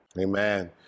Amen